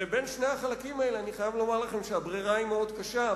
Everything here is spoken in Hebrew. ובין שני החלקים האלה אני חייב לומר לכם שהברירה היא מאוד קשה,